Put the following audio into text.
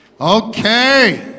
Okay